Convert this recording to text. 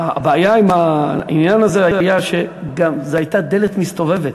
הבעיה עם העניין הזה הייתה שזאת הייתה דלת מסתובבת: